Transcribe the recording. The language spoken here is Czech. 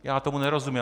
Já tomu nerozumím.